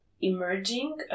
emerging